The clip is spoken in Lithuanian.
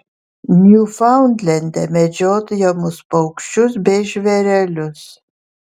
niufaundlende medžiojamus paukščius bei žvėrelius